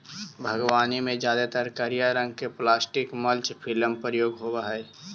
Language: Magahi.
बागवानी में जादेतर करिया रंग के प्लास्टिक मल्च फिल्म प्रयोग होवऽ हई